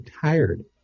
tired